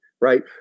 right